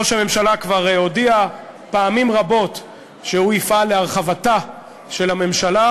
ראש הממשלה כבר הודיע פעמים רבות שהוא יפעל להרחבתה של הממשלה,